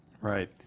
Right